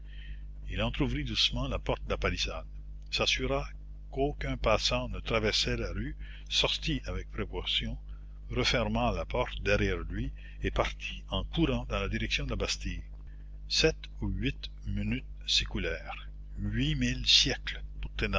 il entr'ouvrit doucement la porte de la palissade s'assura qu'aucun passant ne traversait la rue sortit avec précaution referma la porte derrière lui et partit en courant dans la direction de la bastille sept ou huit minutes s'écoulèrent huit mille siècles